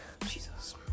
Jesus